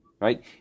right